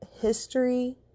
history